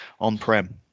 on-prem